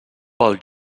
pel